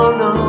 no